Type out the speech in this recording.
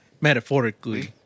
Metaphorically